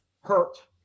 hurt